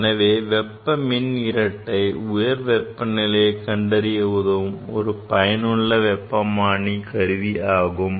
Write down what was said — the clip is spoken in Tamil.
எனவே வெப்ப மின் இரட்டை உயர் வெப்ப நிலையை கண்டறிய உதவும் ஒரு பயனுள்ள வெப்பமானி கருவி ஆகும்